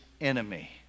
enemy